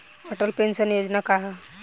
Atal pension Yojana का ह?